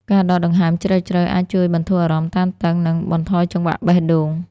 ការដកដង្ហើមជ្រៅៗអាចជួយបន្ធូរអារម្មណ៍តានតឹង និងបន្ថយចង្វាក់បេះដូង។